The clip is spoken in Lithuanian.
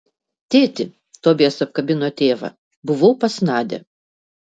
tėti tobijas apkabino tėvą buvau pas nadią